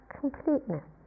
completeness